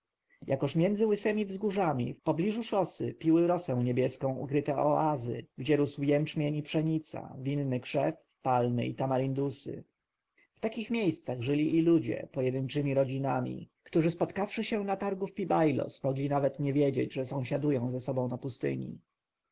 jakoż między łysemi wzgórzami wpobliżu szosy piły rosę niebieską ukryte oazy gdzie rósł jęczmień i pszenica winny krzew palmy i tamaryndusy w takich miejscach żyli i ludzie pojedyńczemi rodzinami którzy spotkawszy się na targu w pi-bailos mogli nawet nie wiedzieć że sąsiadują z sobą na pustyni